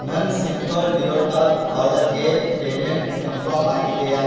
ನನ್ Cinthol deo talc ಆರ್ಡರ್ಗೆ payment confirm ಆಗಿದೆಯಾ